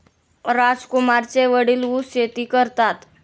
राजकुमारचे वडील ऊस शेती करतात